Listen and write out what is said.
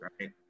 right